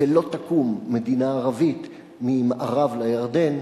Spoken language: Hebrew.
השתלטו על 93 דונם מאדמות הכפר יאנון,